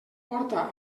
porta